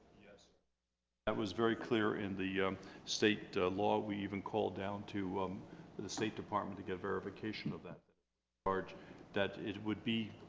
yes that was very clear in the state law we even called down to um the the state department to get verification of that that part that it would be